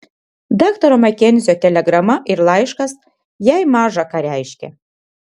daktaro makenzio telegrama ir laiškas jai maža ką reiškė